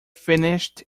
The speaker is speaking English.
finished